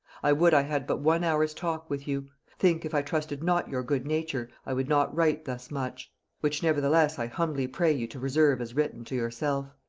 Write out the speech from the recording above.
i would i had but one hour's talk with you. think if i trusted not your good nature, i would not write thus much which nevertheless i humbly pray you to reserve as written to yourself.